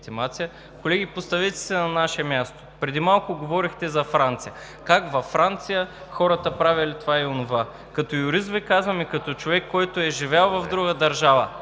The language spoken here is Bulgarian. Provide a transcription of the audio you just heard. колеги, поставете се на наше място. Преди малко говорехте за Франция – как във Франция хората правели това и онова. Като юрист Ви казвам и като човек, който е живял в друга държава